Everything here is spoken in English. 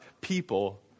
people